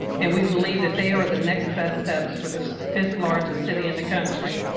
and we believe that they are the next best steps for the fifth largest city in the country.